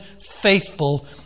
faithful